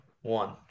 one